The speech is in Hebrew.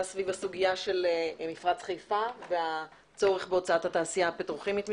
סביב הסוגיה של מפרץ חיפה והצורך בהוצאת התעשייה הפטרוכימית משם.